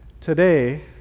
today